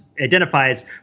identifies